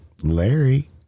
Larry